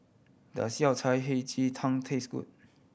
does Yao Cai Hei Ji Tang taste good